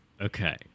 Okay